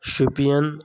Shopian